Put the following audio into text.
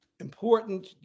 important